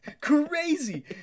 Crazy